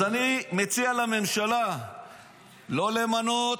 אז אני מציע לממשלה לא למנות